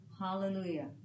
Hallelujah